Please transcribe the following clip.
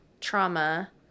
trauma